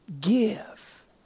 give